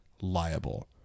liable